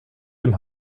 dem